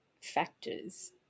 factors